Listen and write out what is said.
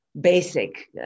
basic